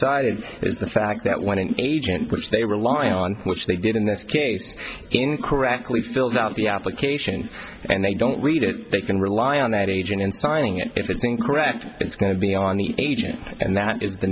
is the fact that when an agent which they rely on which they did in this case incorrectly fills out the application and they don't read it they can rely on that agent in signing it if it's incorrect it's going to be on the agent and that is the